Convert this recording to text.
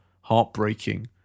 heartbreaking